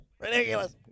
Ridiculous